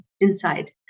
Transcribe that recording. inside